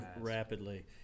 rapidly